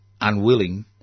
unwilling